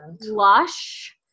lush